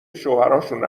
شوهراشون